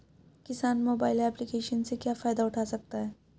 किसान mobile application से क्या फायदा उठा सकता है?